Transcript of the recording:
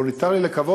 לא נותר לי אלא לקוות,